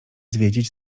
zwiedzić